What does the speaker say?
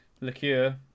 liqueur